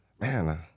Man